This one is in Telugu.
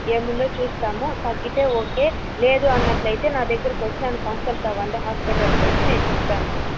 ఏముందో చూస్తాము తగ్గితే ఓకే లేదు అన్నట్లయితే నా దగ్గరికి వచ్చి నన్ను కన్సల్ట్ అవ్వండి హాస్పిటల్కు వచ్చి నేను చెప్తాను మీకు